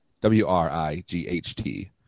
W-R-I-G-H-T